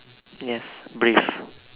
yes breathe